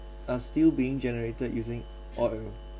are still being generated using oil